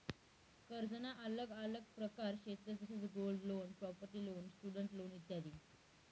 कर्जना आल्लग आल्लग प्रकार शेतंस जसं gold loan, property loan, student loan इत्यादी